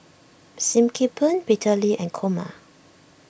Sim Kee Boon Peter Lee and Kumar